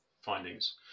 findings